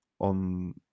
on